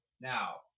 Now